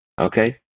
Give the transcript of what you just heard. Okay